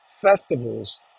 festivals